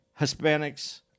Hispanics